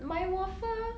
买 waffle